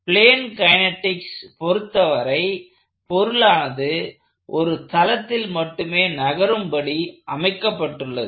plane kinetics பொருத்தவரை பொருளானது ஒரு தளத்தில் மட்டுமே நகரும் படி அமைக்கப்பட்டுள்ளது